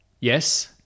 Yes